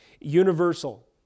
universal